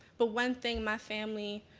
but one thing my family